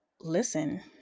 listen